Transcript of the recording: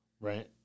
Right